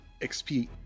XP